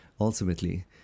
ultimately